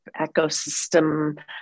ecosystem